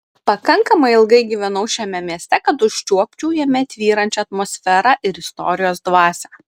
pakankamai ilgai gyvenau šiame mieste kad užčiuopčiau jame tvyrančią atmosferą ir istorijos dvasią